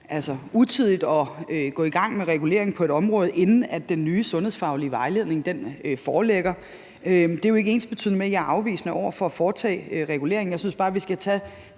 være utidigt at gå i gang med regulering på et område, inden den nye sundhedsfaglige vejledning foreligger. Det er jo ikke ensbetydende med, at jeg er afvisende over for at foretage regulering. Jeg synes bare, vi skal tage